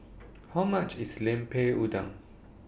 How much IS Lemper Udang